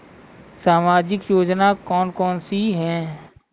सामाजिक योजना कौन कौन सी हैं?